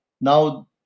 Now